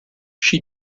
she